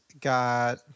got